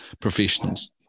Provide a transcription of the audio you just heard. professionals